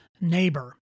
neighbor